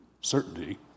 certainty